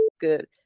good